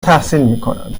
تحصیل